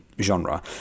genre